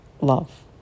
love